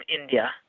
India